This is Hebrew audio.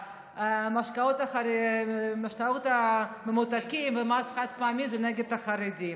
שהמשקאות הממותקים והמס על החד-פעמי הם נגד החרדים.